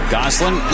Goslin